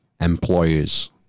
employers